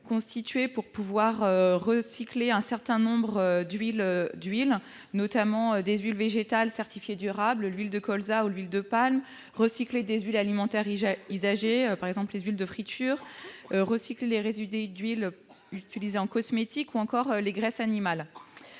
conçue pour recycler un certain nombre d'huiles : des huiles végétales certifiées durables, comme l'huile de colza ou l'huile de palme, des huiles alimentaires usagées, par exemple les huiles de friture, ou encore des résidus d'huiles utilisées en cosmétique et des graisses animales.